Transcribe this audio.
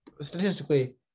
statistically